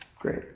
Great